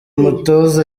mutoza